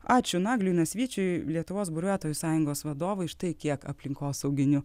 ačiū nagliui nasvyčiui lietuvos buriuotojų sąjungos vadovui štai kiek aplinkosauginių